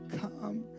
come